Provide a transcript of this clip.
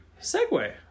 segue